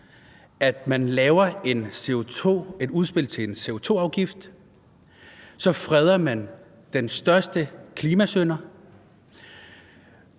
at man laver et udspil til en CO2-afgift, og så freder man den største klimasynder.